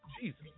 Jesus